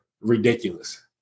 ridiculous